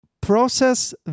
process